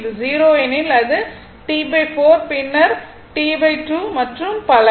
அது 0 எனில் அது T4 பின்னர் T2 மற்றும் பல